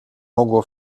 mogło